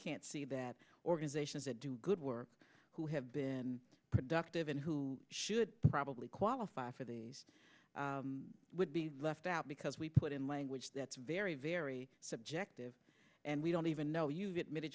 can't see that organizations that do good work who have been productive and who should probably qualify for the would be left out because we put in language that's very very subjective and we don't even know